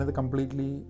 completely